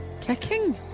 Kicking